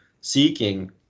seeking